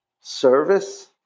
service